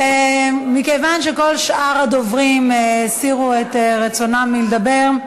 מכיוון שכל שאר הדוברים הסירו את בקשתם לדבר,